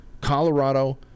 colorado